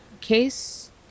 case